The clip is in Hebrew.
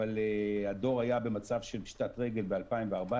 אבל הדואר היה במצב של פשיטת רגל ב-2014.